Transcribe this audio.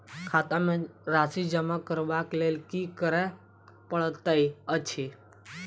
खाता मे राशि जमा करबाक लेल की करै पड़तै अछि?